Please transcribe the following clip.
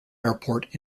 airport